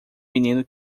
menino